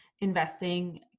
Investing